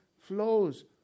flows